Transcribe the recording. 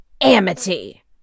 Amity